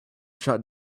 shut